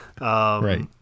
Right